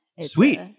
Sweet